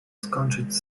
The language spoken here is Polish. skończyć